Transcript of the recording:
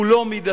הוא לא מידתי,